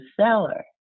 seller